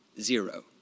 Zero